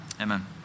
amen